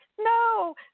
no